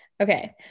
Okay